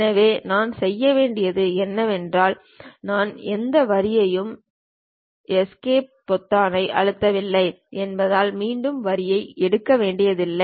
எனவே நான் செய்ய வேண்டியது என்னவென்றால் நான் எந்த வரியையும் எஸ்கேப் பொத்தானை அழுத்தவில்லை என்பதால் மீண்டும் வரியை எடுக்க வேண்டியதில்லை